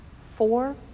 four